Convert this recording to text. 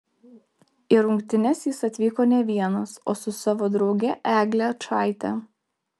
į rungtynes jis atvyko ne vienas o su savo drauge egle ačaite